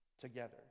together